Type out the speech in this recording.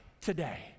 today